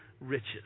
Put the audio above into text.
riches